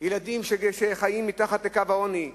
את הילדים שחיים מתחת לקו העוני.